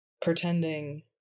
pretending